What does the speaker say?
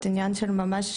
ממש עניין של מס'